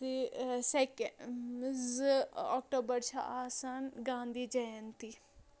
تہِ سٮ۪کیٛا زٕ اکٹوٗبَر چھِ آسان گانٛدی جَیَنتی